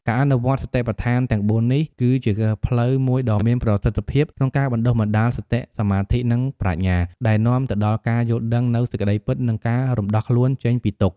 ការអនុវត្តន៍សតិប្បដ្ឋានទាំងបួននេះ គឺជាផ្លូវមួយដ៏មានប្រសិទ្ធភាពក្នុងការបណ្ដុះបណ្ដាល សតិ សមាធិ និង ប្រាជ្ញា ដែលនាំទៅដល់ការយល់ដឹងនូវសេចក្តីពិត និងការរំដោះខ្លួនចេញពីទុក្ខ។